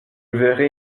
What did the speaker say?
verrai